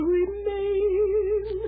remain